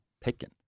picking